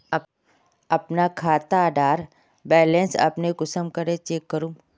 अपना खाता डार बैलेंस अपने कुंसम करे चेक करूम?